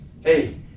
hey